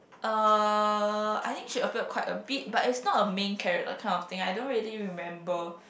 uh I think she appeared quite a bit but is not a main character that kind of thing I don't really remember